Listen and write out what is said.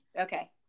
Okay